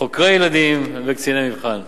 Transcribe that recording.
חוקרי ילדים וקציני מבחן.